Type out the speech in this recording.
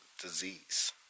disease